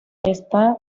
está